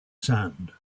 sand